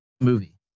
movie